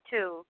Two